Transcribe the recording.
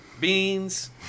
Beans